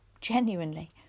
genuinely